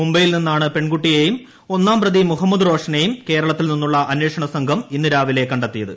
മുബൈയിൽ നിന്നാണ് പെൺകുട്ടിയെയും ഒന്നാം പ്രതി മുഹമ്മദ് റോഷനേയും കേരളത്തിൽ നിന്നുള്ള അന്വേഷണസംഘം ഇന്ന് രാവിലെ കണ്ടെത്തിയത്